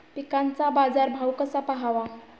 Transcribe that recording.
पिकांचा बाजार भाव कसा पहावा?